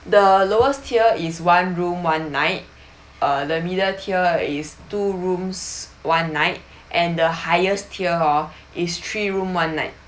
the lowest tier is one room one night uh the middle tier is two rooms one night and the highest tier is three room one night